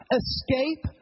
escape